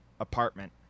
apartment